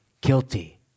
guilty